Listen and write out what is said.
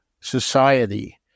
society